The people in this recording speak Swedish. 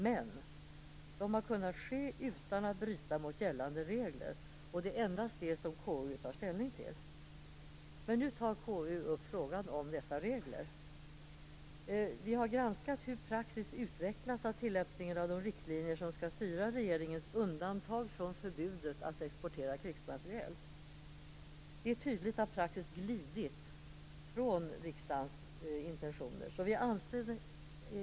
Men de har kunnat ske utan att bryta mot gällande regler, och det är endast detta som KU har att ta ställning till. Nu tar KU upp dessa regler. KU har granskat hur praxis utvecklats av tillämpningen av de riktlinjer som skall styra regeringens undantag från förbudet att exportera krigsmateriel. Det är tydligt att praxis glidit från riksdagens intentioner.